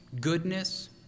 goodness